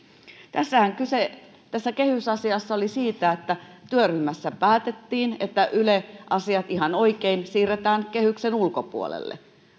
kyse tässä kehysasiassa oli siitä että työryhmässä päätettiin että yle asiat ihan oikein siirretään kehyksen ulkopuolelle